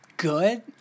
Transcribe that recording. good